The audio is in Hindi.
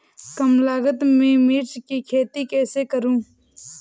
कम लागत में मिर्च की खेती कैसे करूँ?